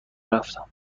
رفتم